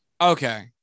okay